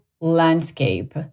landscape